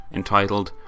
entitled